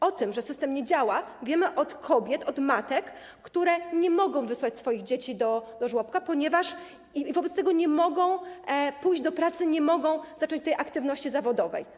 O tym, że system nie działa, wiemy od kobiet, od matek, które nie mogą wysłać swoich dzieci do żłobka, ponieważ nie mogą teraz pójść do pracy, nie mogą rozpocząć aktywności zawodowej.